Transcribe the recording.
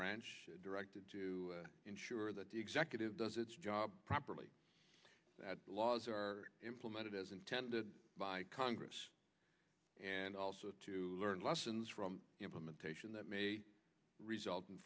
branch directed to ensure that the executive does its job properly that the laws are implemented as intended by congress and also to learn lessons from implementation that may res